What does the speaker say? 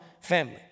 family